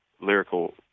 lyrical